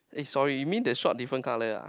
eh sorry you mean the short different colour ah